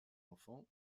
enfants